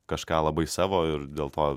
kažką labai savo ir dėl to